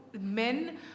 men